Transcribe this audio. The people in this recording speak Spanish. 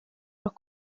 los